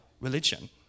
religion